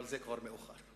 אבל זה כבר מאוחר.